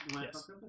Yes